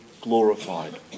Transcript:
glorified